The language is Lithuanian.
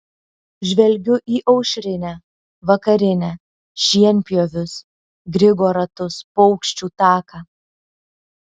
žvelgiu į aušrinę vakarinę šienpjovius grigo ratus paukščių taką